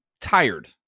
tired